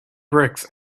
bricks